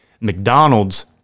McDonald's